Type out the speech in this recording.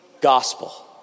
gospel